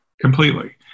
Completely